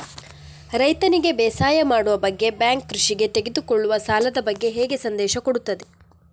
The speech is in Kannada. ರೈತನಿಗೆ ಬೇಸಾಯ ಮಾಡುವ ಬಗ್ಗೆ ಬ್ಯಾಂಕ್ ಕೃಷಿಗೆ ತೆಗೆದುಕೊಳ್ಳುವ ಸಾಲದ ಬಗ್ಗೆ ಹೇಗೆ ಸಂದೇಶ ಕೊಡುತ್ತದೆ?